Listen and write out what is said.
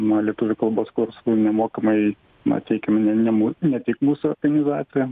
nuo lietuvių kalbos kursų nemokamai ma teikia n ne mū ne tik mūsų organizacija